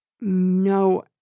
No